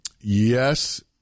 Yes